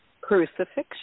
crucifixion